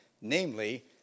namely